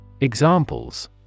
Examples